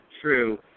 true